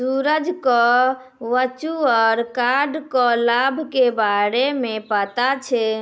सूरज क virtual card क लाभ के बारे मे पता छै